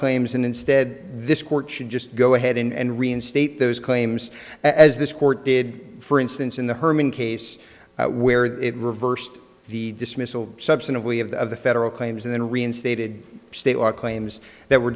claims and instead this court should just go ahead and reinstate those claims as this court did for instance in the herman case where it reversed the dismissal substantively of the of the federal claims and then reinstated state law claims that were